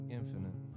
infinite